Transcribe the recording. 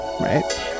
Right